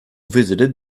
visited